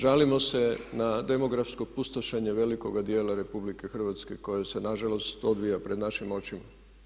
Žalimo se na demografsko pustošenje velikoga djela RH koja se nažalost odvija pred našim očima.